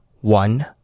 one